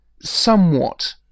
somewhat